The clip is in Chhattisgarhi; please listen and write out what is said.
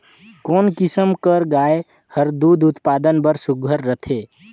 कोन किसम कर गाय हर दूध उत्पादन बर सुघ्घर रथे?